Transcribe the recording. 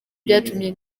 byatumye